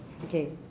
okay